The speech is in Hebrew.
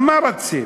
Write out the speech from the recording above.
על מה רצים?